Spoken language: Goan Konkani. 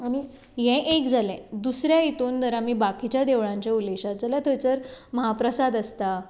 हें एक जाले दुसऱ्या हितुन जर आमी बाकिंच्या देवळांच्यो उलयशात जाल्यार थंयसर म्हाप्रसाद आसता